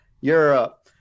Europe